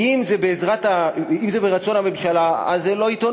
כי אם זה ברצון הממשלה, אז זה לא עיתונות,